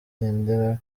igendera